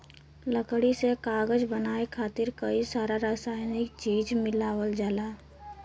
लकड़ी से कागज बनाये खातिर कई सारा रासायनिक चीज मिलावल जाला